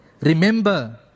remember